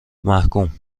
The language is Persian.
ومحکوم